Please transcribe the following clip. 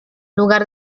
lugar